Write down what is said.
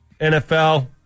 NFL